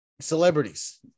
celebrities